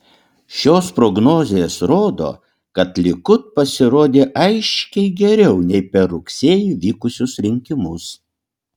šios prognozės rodo kad likud pasirodė aiškiai geriau nei per rugsėjį vykusius rinkimus